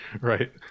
right